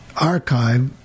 archive